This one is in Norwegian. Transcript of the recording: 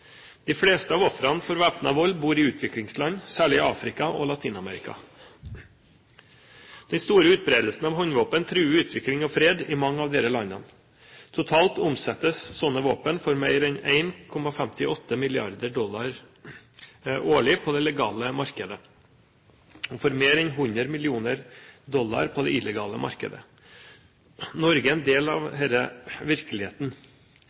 De fleste av ofrene for væpnet vold bor i utviklingsland, særlig i Afrika og Latin-Amerika. Den store utbredelsen av håndvåpen truer utvikling og fred i mange av disse landene. Totalt omsettes slike våpen for mer enn 1,58 mrd. dollar årlig på det legale markedet, og for mer enn 100 mill. dollar på det illegale markedet. Norge er en del av denne virkeligheten.